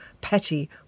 petty